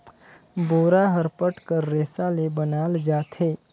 बोरा हर पट कर रेसा ले बनाल जाथे